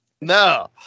No